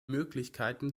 möglichkeiten